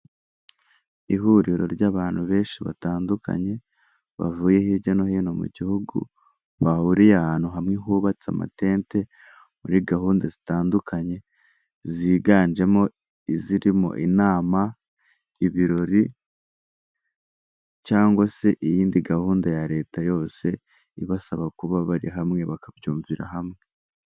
Ihuriro ry'abantu benshi batandukanye bavuye hirya no hino mu gihugu bahuriye ahantu hamwe hubatse amatente muri gahunda zitandukanye ziganjemo izirimo inama, ibirori cyangwa se iyindi gahunda ya leta yose ibasaba kuba bari hamwe bakabyumvira hamwe.